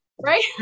Right